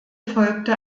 folgte